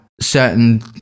certain